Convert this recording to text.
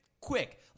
quick